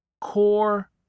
core